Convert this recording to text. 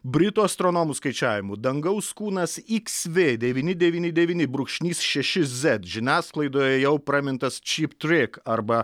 britų astronomų skaičiavimu dangaus kūnas iks vė devyni devyni devyni brūkšnys šeši zet žiniasklaidoje jau pramintas čiptrėk arba